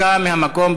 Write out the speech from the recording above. מהמקום.